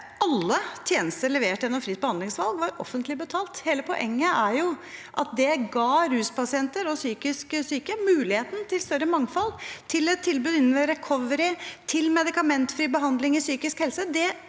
Alle tjenester levert gjennom fritt behandlingsvalg var offentlig betalt. Hele poenget er at det ga ruspasienter og psykisk syke muligheten til større mangfold, til et tilbud under «recovery», til medi kamentfri behandling i psykisk helse